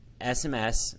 SMS